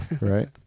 Right